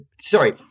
sorry